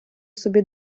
собі